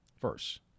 First